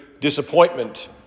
disappointment